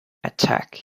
attack